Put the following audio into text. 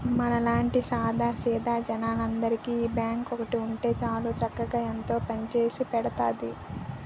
మనలాంటి సాదా సీదా జనాలందరికీ ఈ బాంకు ఒక్కటి ఉంటే చాలు చక్కగా ఎంతో పనిచేసి పెడతాంది